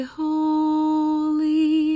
holy